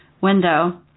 window